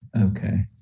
Okay